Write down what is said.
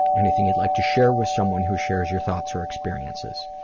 anything you'd like to share with someone who shares your thoughts or experiences?